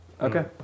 okay